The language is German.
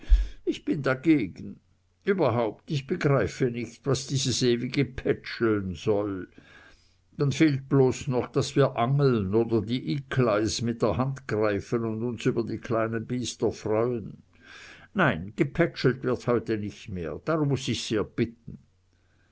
ich bin dagegen überhaupt ich begreife nicht was dies ewige pätscheln soll dann fehlt bloß noch daß wir angeln oder die ykleis mit der hand greifen und uns über die kleinen biester freuen nein gepätschelt wird heute nicht mehr darum muß ich sehr bitten